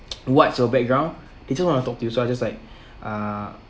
what's your background they just want to talk to you so I just like uh